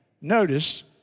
Notice